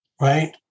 right